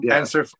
answer